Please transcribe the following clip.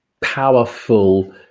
powerful